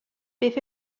beth